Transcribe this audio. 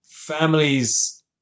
Families